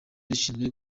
rishinzwe